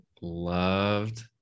loved